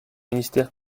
ministère